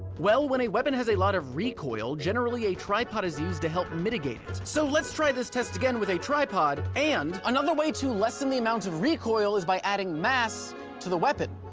well, when a weapon has a lot of recoil, generally a tripod is used to help mitigate it. so let's try this test again with a tripod, and another way to lessen the amount of recoil is by adding mass to the weapon.